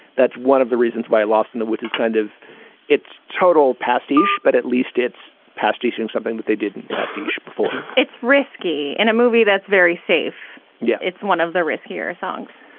that's one of the reasons why lost in the woods is kind of its total pastiche, but at least it's pastiche in something that they didn't pastiche before it's risky in a movie that's very safe. yeah, it's one of the riskier songs.